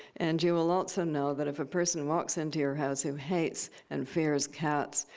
and you will also know that if a person walks into your house who hates and fears cats,